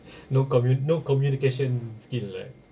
no commu~ no communication skill right